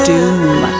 Doom